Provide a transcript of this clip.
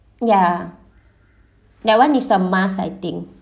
ya that one is a must I think